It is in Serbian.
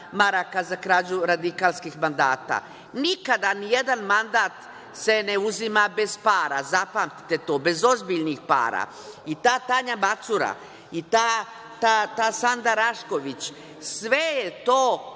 za krađu radikalskih mandata. Nikada nijedan mandat se ne uzima bez para, zapamtite to, bez ozbiljnih para.I ta Tanja Macura, i ta Sanda Rašković Ivić, sve su to